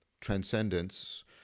transcendence